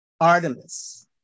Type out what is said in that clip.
Artemis